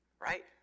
right